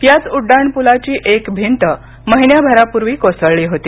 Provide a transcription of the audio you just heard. याच उड्डाणपुलाची एक भिंत महिन्याभरापूर्वी कोसळली होती